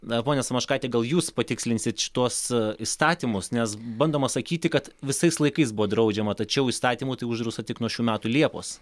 na pone samoškaite gal jūs patikslinsite šituos įstatymus nes bandoma sakyti kad visais laikais buvo draudžiama tačiau įstatymu tai uždrausta tik nuo šių metų liepos